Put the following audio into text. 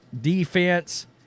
defense